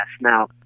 Now